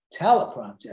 teleprompter